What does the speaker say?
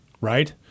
Right